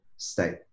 state